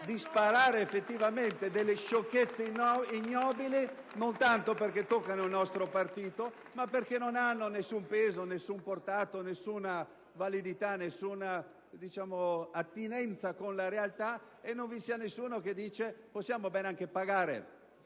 sparare effettivamente delle sciocchezze ignobili: non tanto perché toccano il nostro partito, ma perché non hanno nessun peso, nessuna portata, nessuna validità, nessuna attinenza con la realtà. E non c'è nessuno che dica: possiamo anche pagare